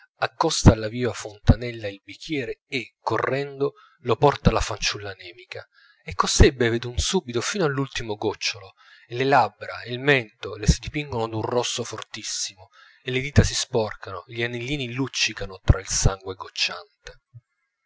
accosta alla viva fontanella il bicchiere e correndo lo porta alla fanciulla anemica e costei beve d'un subito fino all'ultimo gocciolo e le labbra e il mento le si dipingono d'un rosso fortissimo e le dita si sporcano e gli anellini luccicano tra il sangue gocciante